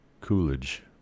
Coolidge